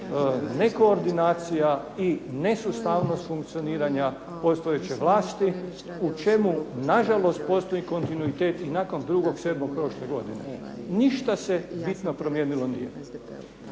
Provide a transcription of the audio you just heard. nekoordinacija i nesustavnost funkcioniranja postojeće vlasti u čemu na žalost postoji kontinuitet i nakon 2.7. prošle godine. Ništa se bitno promijenilo nije.